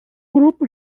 grupo